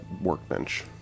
workbench